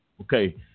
Okay